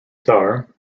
star